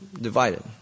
divided